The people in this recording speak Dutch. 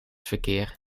verkeer